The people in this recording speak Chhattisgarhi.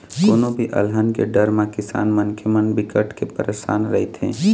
कोनो भी अलहन के डर म किसान मनखे मन बिकट के परसान रहिथे